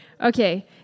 Okay